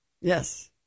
Yes